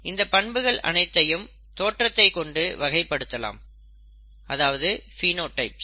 இந்த பண்புகள் அனைத்தையும் தோற்றத்தைக் கொண்டு வகைப்படுத்தலாம் அதாவது பினோடைப்ஸ்